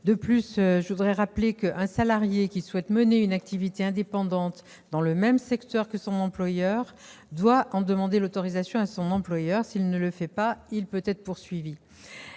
De plus, je rappelle qu'un salarié qui souhaiterait mener une activité indépendante dans le même secteur que son employeur doit en demander l'autorisation à ce dernier. S'il ne le fait pas, il peut être poursuivi.